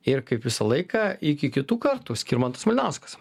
ir kaip visą laiką iki kitų kartų skirmantas malinauskas